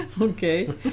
okay